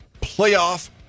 playoff